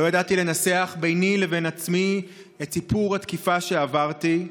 לא ידעתי לנסח ביני לבין עצמי את סיפור התקיפה שעברתי,